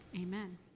Amen